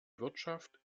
wirtschaft